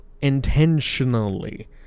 intentionally